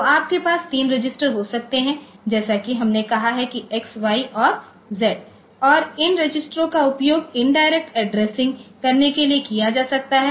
तो आपके पास 3 रजिस्टर हो सकते हैं जैसा कि हमने कहा है कि X Y और Z और इन रजिस्टरों का उपयोग इंडिरेक्ट एड्रेसिंग करने के लिए किया जा सकता है